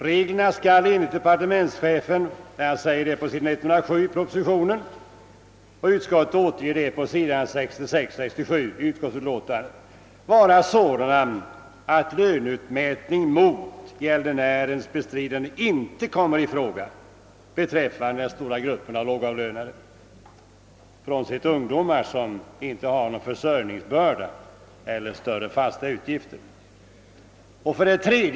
Reglerna skall enligt departementschefen — det står på s. 107 i propositionen, och utskottet behandlar saken på s. 66 och 67 i sitt utlåtande — »vara sådana att löneutmätning mot gäldenärens bestridande inte kommer i fråga beträffande den stora gruppen av lågavlönade, frånsett ungdomar som inte har någon försörjningsbörda och inte heller i övrigt har några större fasta utgifter samt liknande fall».